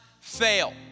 fail